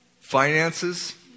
Finances